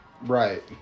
right